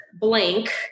blank